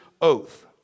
oath